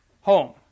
home